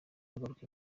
bagaruka